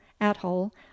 Athole